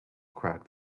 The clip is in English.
crack